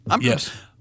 Yes